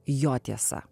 jo tiesa